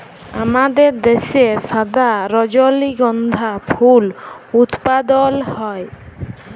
আমাদের দ্যাশে সাদা রজলিগন্ধা ফুল উৎপাদল হ্যয়